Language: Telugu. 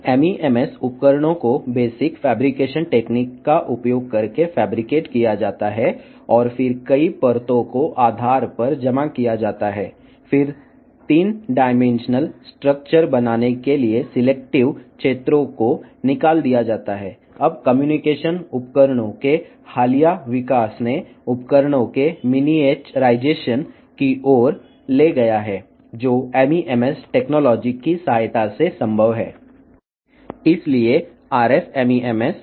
MEMS పరికరాలు ప్రాథమిక రూపకల్పన పద్ధతులను ఉపయోగించి రుపొందించబడుతాయి మరియు తరువాత బహుళ పొరలు బేస్ మీద జమ చేయబడతాయి తరువాత 3 డైమెన్షనల్ నిర్మాణాన్ని రూపొందించడానికి ఎంచుకున్న ప్రాంతాలు తొలగించబడుతాయి ఇప్పుడు కమ్యూనికేషన్ పరికరాల యొక్క ఇటీవలి అభివృద్ధి MEMS టెక్నాలజీ సహాయంతో సాధ్యమయ్యే పరికరాల సూక్ష్మీకరణకు దారితీసింది